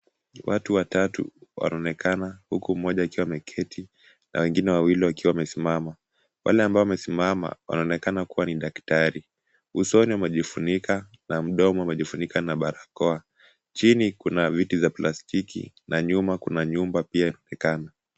Watu watatu wanaonekana huku mmoja akiwa ameketi na wengine wawili wakiwa wamesimama. Wale ambao wamesimama wanaonekana kuwa ni daktari. Usoni amejifunika na mdomo amejifunika na barakoa. Chini kuna viti vya plastiki na nyuma pia kuna nyumba pia inaonekana.